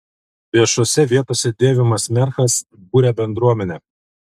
viešose vietose dėvimas merchas buria bendruomenę